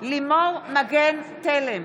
לימור מגן תלם,